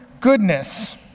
goodness